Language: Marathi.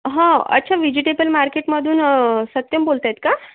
हा अच्छा विजेटेबल मार्केटमधून सत्यम बोलतायत का